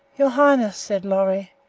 your highness, said lorry,